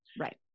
Right